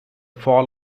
fall